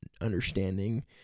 understanding